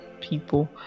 people